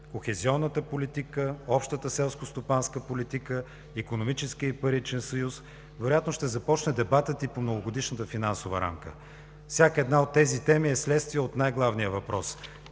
кохезионната политика, общата селскостопанска политика, икономическият и паричен съюз, вероятно ще започне дебатът и по многодишната финансова рамка. Всяка една от тези теми е следствие от най-главния въпрос: